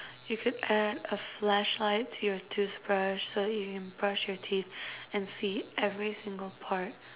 you could add a flashlight to your toothbrush so that you can brush your teeth and see every single part